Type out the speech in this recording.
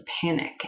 panic